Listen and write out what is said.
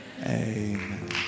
amen